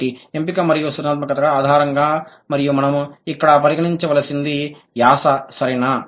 కాబట్టి ఎంపిక మరియు సృజనాత్మకత ఆధారంగా మరియు మనం ఇక్కడ పరిగణించదలిచినది యాస సరేనా